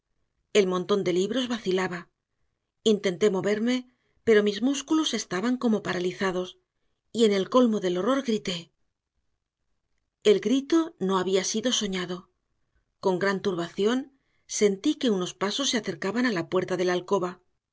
el montón de libros vacilaba intenté moverme pero mis músculos estaban como paralizados y en el colmo del horror grité el grito no había sido soñado con gran turbación sentí que unos pasos se acercaban a la puerta de la alcoba